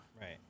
Right